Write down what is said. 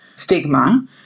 stigma